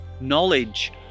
knowledge